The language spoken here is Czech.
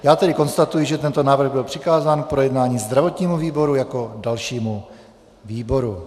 Já tedy konstatuji, že tento návrh byl přikázán k projednání zdravotnímu výboru jako dalšímu výboru.